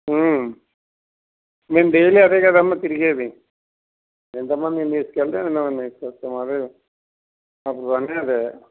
మేము డైలీ అదే కదమ్మ తిరిగేది ఎంత మందిని తీసుకు వెళ్తాం ఎంత మందిని తీసుకు వస్తాం కదా మా పని అదే